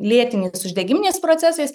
lėtiniais uždegiminiais procesais